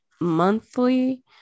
monthly